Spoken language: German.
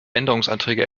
änderungsanträge